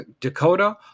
Dakota